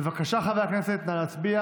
בבקשה, חברי הכנסת, נא להצביע